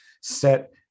set